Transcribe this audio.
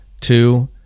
Two